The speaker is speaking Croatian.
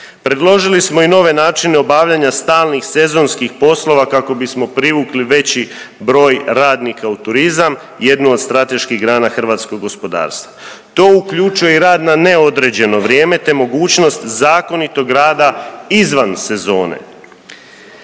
Predložili smo i nove načine obavljanja stalnih sezonskih poslova kako bismo privukli veći broj radnika u turizam jednu od strateških grana hrvatskog gospodarstva. To uključuje i rad na neodređeno vrijeme te mogućnost zakonitog rada izvan sezone